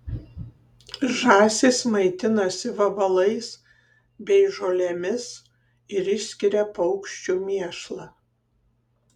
žąsys maitinasi vabalais bei žolėmis ir išskiria paukščių mėšlą